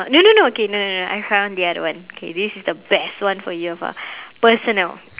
no no no okay no no no I found the other one okay this is the best one for you afar personal